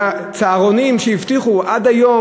צהרונים שהבטיחו, עד היום,